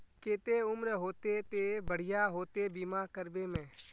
केते उम्र होते ते बढ़िया होते बीमा करबे में?